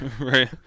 Right